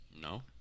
No